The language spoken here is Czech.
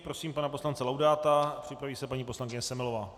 Prosím pana poslance Laudáta, připraví se paní poslankyně Semelová.